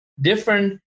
different